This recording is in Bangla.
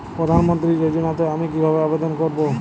প্রধান মন্ত্রী যোজনাতে আমি কিভাবে আবেদন করবো?